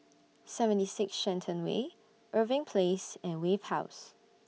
seventy six Shenton Way Irving Place and Wave House